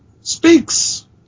speaks